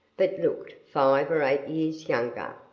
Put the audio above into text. but looked five or eight years younger.